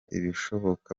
ibishoboka